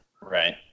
Right